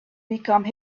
become